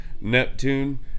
Neptune